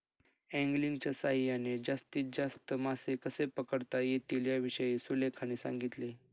अँगलिंगच्या सहाय्याने जास्तीत जास्त मासे कसे पकडता येतील याविषयी सुलेखाने सांगितले